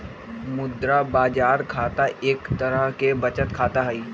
मुद्रा बाजार खाता एक तरह के बचत खाता हई